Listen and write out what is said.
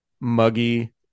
muggy